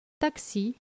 taxi